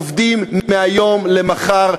עובדים מהיום למחר,